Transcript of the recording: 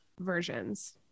versions